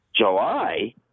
July